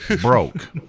broke